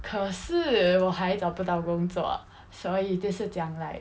可是我还找不到工作所以就是讲 like